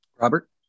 Robert